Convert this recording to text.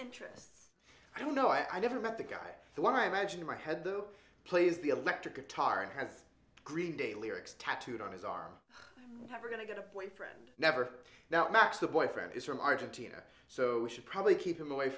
interests i don't know i never met the guy the one i imagine in my head though plays the electric guitar and has green day lyrics tattooed on his arm never going to get a boyfriend never now max the boyfriend is from argentina so we should probably keep him away